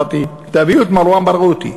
אמרתי: תביאו את מרואן ברגותי.